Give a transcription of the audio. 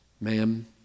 ma'am